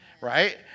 right